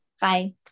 Bye